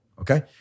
okay